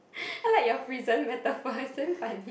I like your prison metaphor it's damn funny